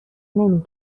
نمی